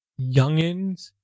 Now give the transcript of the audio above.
youngins